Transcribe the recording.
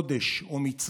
קודש או מצווה.